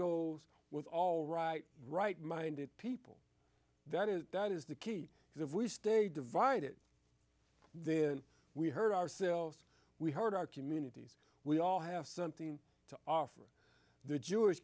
goes with all right right minded people that is that is the key because if we stay divided then we hurt ourselves we heard our communities we all have something to offer the jewish